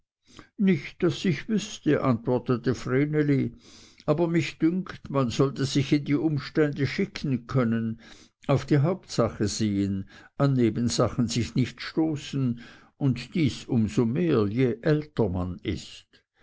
nicht daß ich wüßte antwortete vreneli aber mich dünkt man sollte sich in die umstände schicken können auf die hauptsache sehen an nebensachen sich nicht stoßen und dies um so mehr je älter man ist